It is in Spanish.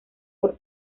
por